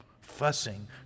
Fussing